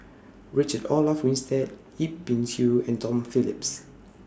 Richard Olaf Winstedt Yip Pin Xiu and Tom Phillips